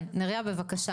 אה, נריה בבקשה.